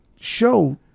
show